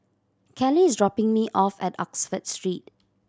Kelly is dropping me off at Oxford Street